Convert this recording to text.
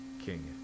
king